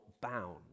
bound